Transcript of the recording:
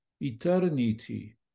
eternity